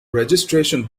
registration